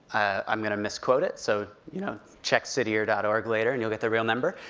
i'm gonna misquote it, so you know, check cityyear dot org later, and you'll get the real number.